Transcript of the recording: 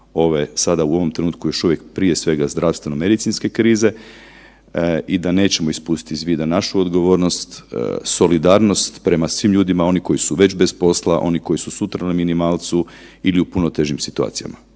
sada u ovom trenutku još uvijek, prije svega zdravstveno medicinske krize i da nećemo ispustiti iz vida našu odgovornost, solidarnost prema svim ljudima, oni koji su već bez posla, oni koji su sutra na minimalcu ili u puno težim situacijama.